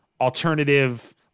alternative